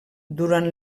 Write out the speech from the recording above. durant